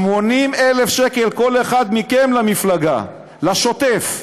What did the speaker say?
80,000 שקל כל אחד מכם למפלגה, לשוטף.